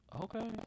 Okay